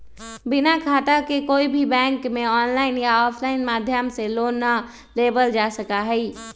बिना खाता के कोई भी बैंक में आनलाइन या आफलाइन माध्यम से लोन ना लेबल जा सका हई